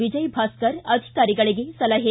ವಿಜಯ ಭಾಸ್ತರ್ ಅಧಿಕಾರಿಗಳಿಗೆ ಸಲಹೆ